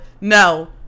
No